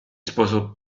sposò